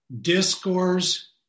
discourse